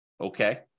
Okay